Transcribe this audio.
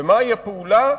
ומהי הפעולה?